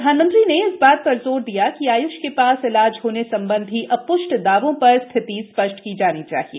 प्रधानमंत्री ने इस बात पर जोर दिया कि आय्ष के पास इलाज होने संबंधी अप्ष्ट दावों पर स्थिति स्पष्ट की जानी चाहिए